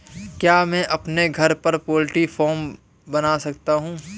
क्या मैं अपने घर पर पोल्ट्री फार्म बना सकता हूँ?